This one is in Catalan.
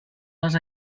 les